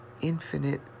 infinite